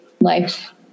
life